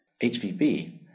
HVB